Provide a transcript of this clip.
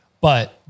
But-